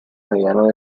mediano